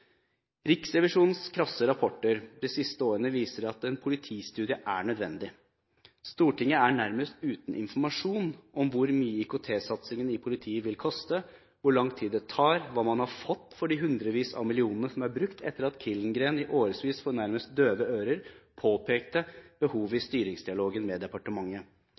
Riksrevisjonens krasse rapporter de siste årene viser at en politistudie er nødvendig. Stortinget er nærmest uten informasjon om hvor mye IKT-satsingen i politiet vil koste, hvor lang tid det tar, og hva man har fått for de hundrevis av millionene som er brukt etter at Killengreen i årevis for nærmest døve ører påpekte behovet i styringsdialogen med departementet.